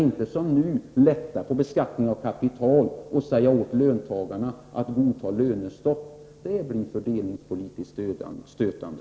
Att som nu lätta på beskattningen av kapital och säga åt löntagarna att godta lönestopp blir fördelningspolitiskt stötande.